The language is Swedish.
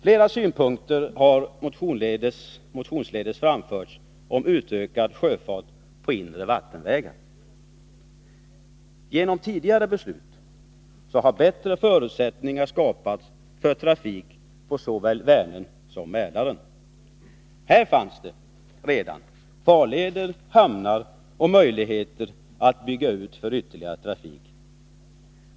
Flera synpunkter har motionsvägen framförts om utökad sjöfart på inre vattenvägar. Genom tidigare beslut har bättre förutsättningar skapats för trafik på såväl Vänern som Mälaren. Här fanns det redan farleder, hamnar och möjligheter att bygga ut för ytterligare trafik.